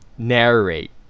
narrate